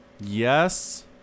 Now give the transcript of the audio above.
Yes